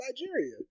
Nigeria